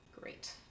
great